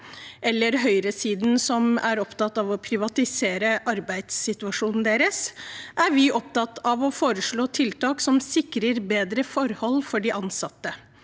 eller mens høyresiden er mest opptatt av å privatisere arbeidssituasjonen deres, er vi opptatt av å foreslå tiltak som sikrer bedre forhold for de ansatte,